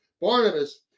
Barnabas